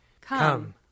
Come